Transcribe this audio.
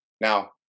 Now